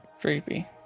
Creepy